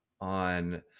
on